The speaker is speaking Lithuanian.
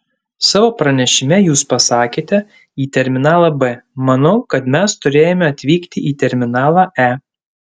savo pranešime jūs pasakėte į terminalą b manau kad mes turėjome atvykti į terminalą e